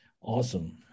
Awesome